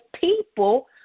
people